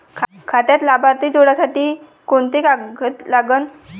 खात्यात लाभार्थी जोडासाठी कोंते कागद लागन?